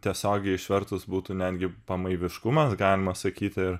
tiesiogiai išvertus būtų netgi pamaiviškumas galima sakyti